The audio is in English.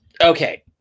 Okay